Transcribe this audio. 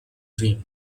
dream